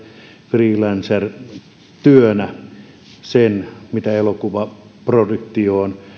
freelancertyönä sen mitä elokuvaproduktiossa